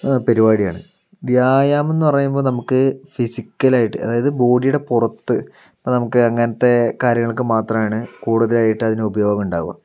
പരിപാടിയാണ് വ്യായാമം എന്ന് പറയുമ്പോൾ നമുക്ക് ഫിസിക്കലായിട്ട് അതായത് ബോഡിയുടെ പുറത്ത് അപ്പോൾ നമുക്ക് അങ്ങനത്തെ കാര്യങ്ങൾക്ക് മാത്രമാണ് കൂടുതലായിട്ട് അതിന് ഉപയോഗം ഉണ്ടാവുക